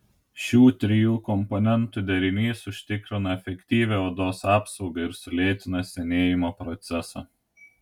šių trijų komponentų derinys užtikrina efektyvią odos apsaugą ir sulėtina senėjimo procesą